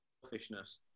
selfishness